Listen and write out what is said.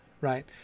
right